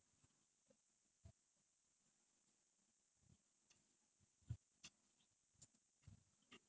oh how come I thought they have like C_C_A G_M all they all won't gather together is it